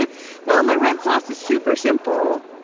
ah well, my red sauce is super simple.